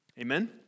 Amen